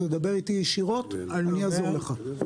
תדבר איתי ישירות ואני אעזור לך.